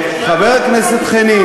חבר הכנסת חנין,